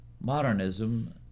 Modernism